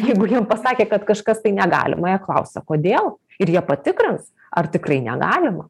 jeigu jiem pasakė kad kažkas tai negalima jie klausia kodėl ir jie patikrins ar tikrai negalima